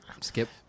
skip